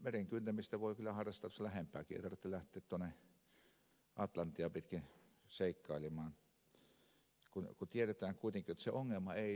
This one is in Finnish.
meren kyntämistä voi kyllä harrastaa tuossa lähempänäkin ei tarvitse lähteä tuonne atlanttia pitkin seikkailemaan kun tiedetään kuitenkin että se ongelma ei tällä ratkea